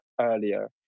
earlier